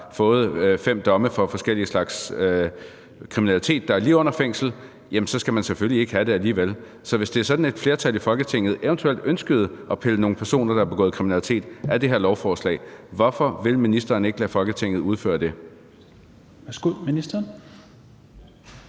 fået fem domme for forskellig slags kriminalitet, der er lige under fængsel, ikke skal have det, så skal man selvfølgelig ikke have det. Så hvis det var sådan, at et flertal i Folketinget eventuelt ønskede at pille nogle personer, der havde begået kriminalitet, af det her lovforslag, hvorfor vil ministeren ikke lade Folketinget udføre det?